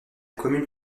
commune